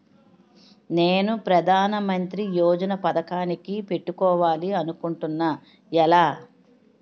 నేను ప్రధానమంత్రి యోజన పథకానికి పెట్టుకోవాలి అనుకుంటున్నా ఎలా?